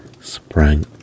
sprang